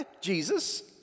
Jesus